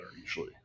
usually